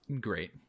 great